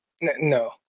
No